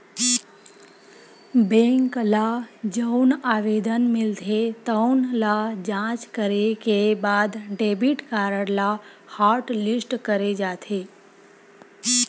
bank ल जउन आवेदन मिलथे तउन ल जॉच करे के बाद डेबिट कारड ल हॉटलिस्ट करे जाथे